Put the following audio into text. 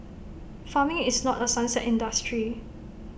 farming is not A sunset industry